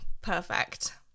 Perfect